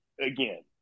again